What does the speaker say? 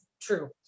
true